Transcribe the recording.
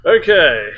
Okay